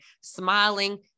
smiling